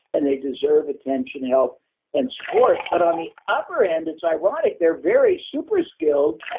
and they deserve attention, help and support. but on the upper end, it's ironic they're very super skilled.